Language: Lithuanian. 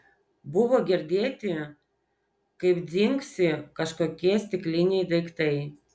buvo girdėti kaip dzingsi kažkokie stikliniai daiktai